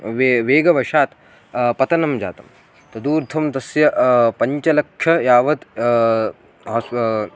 वे वेगवशात् पतनं जातं तदूर्ध्वं तस्य पञ्च लक्षं यावत् हास्पा